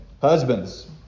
Husbands